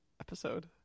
episode